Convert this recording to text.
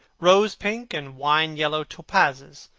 rose-pink and wine-yellow topazes,